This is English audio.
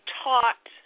taught